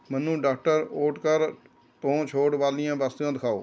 ਮੈਨੂੰ doctor Oetker ਤੋਂ ਛੋਟ ਵਾਲੀਆਂ ਵਸਤੂਆਂ ਦਿਖਾਓ